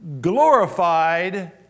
glorified